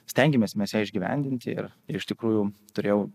stengiamės mes ją išgyvendinti ir ir iš tikrųjų turėjau